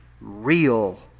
real